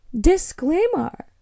disclaimer